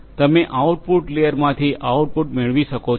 તમે આઉટપુટ લેયરમાંથી આઉટપુટ મેળવી શકો છો